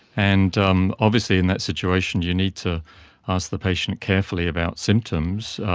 and um obviously in that situation you need to ask the patient carefully about symptoms,